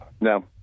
No